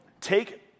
Take